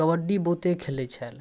कबड्डी बहुते खेलै छल